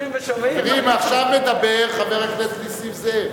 קדימה, עכשיו מדבר חבר הכנסת נסים זאב.